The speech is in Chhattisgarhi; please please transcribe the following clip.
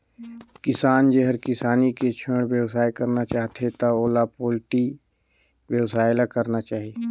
किसान जेहर किसानी के छोयड़ बेवसाय करना चाहथे त ओला पोल्टी बेवसाय ल करना चाही